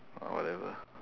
ah whatever